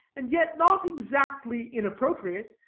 and yet not exactly inappropriate,